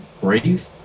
Breathe